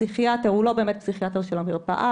הפסיכיאטר הוא לא באמת פסיכיאטר של המרפאה,